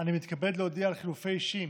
אני מתכבד להודיע על חילופי אישים